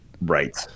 Right